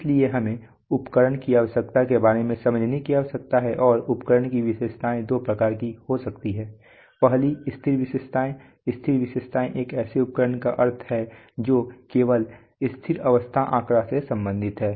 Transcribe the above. इसलिए हमें उपकरण की विशेषताओं के बारे में समझने की आवश्यकता है और उपकरण की विशेषताएँ दो प्रकार की हो सकती हैं पहली स्थिर विशेषताएँ हैं स्थिर विशेषताएँ एक ऐसे उपकरण का अर्थ है जो केवल स्थिर अवस्था आंकड़ा से संबंधित है